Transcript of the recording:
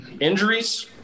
injuries